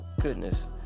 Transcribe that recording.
goodness